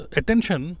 attention